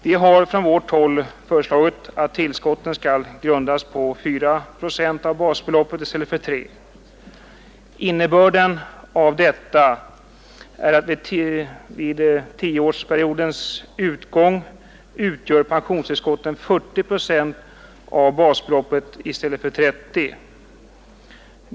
Vi har från vårt håll föreslagit att tillskotten skall utgöra 4 procent av basbeloppet i stället för 3 procent. Innebörden av detta är att pensionstillskotten vid tioårsperiodens utgång uppgår till 40 procent av basbeloppet i stället för 30 procent.